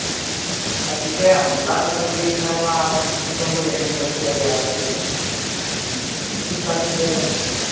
ᱟᱨ ᱪᱤᱠᱟᱹᱭᱟᱢ ᱞᱟᱡ ᱡᱚᱠᱷᱚᱱ ᱵᱤᱭᱮᱱ ᱠᱷᱟᱱ ᱦᱚᱸ ᱥᱤᱛᱩᱝ ᱠᱚᱧ ᱦᱤᱲᱤᱧ ᱠᱮᱫᱮᱭᱟ ᱟᱨᱠᱤ